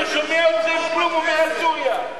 הוא לא שומע, אומר על סוריה.